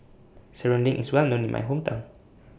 Serunding IS Well known in My Hometown